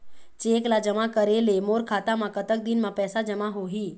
Cheque ला जमा करे ले मोर खाता मा कतक दिन मा पैसा जमा होही?